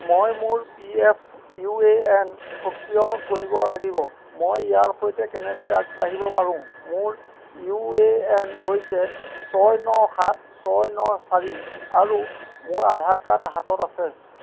মই মোৰ P F U A N সক্ৰিয় কৰিব লাগিব মই ইয়াৰ সৈতে কেনেকৈ আগবাঢ়িব পাৰোঁ মোৰ ইউ এ এন হৈছে ছয় ন সাত ছয় ন চাৰি আৰু মোৰ আধাৰ কাৰ্ড হাতত আছে